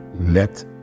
Let